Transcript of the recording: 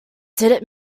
did